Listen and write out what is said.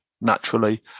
naturally